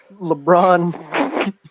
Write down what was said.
LeBron